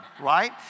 right